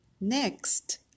Next